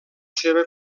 seva